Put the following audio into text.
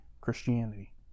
Christianity